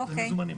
או-קיי.